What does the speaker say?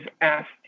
asked